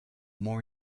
more